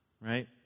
Right